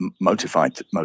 motivated